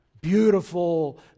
beautiful